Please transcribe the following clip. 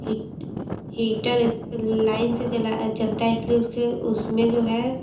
heat heater line से जाला चलता है इस लिए उसके उसमें जो है